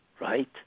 right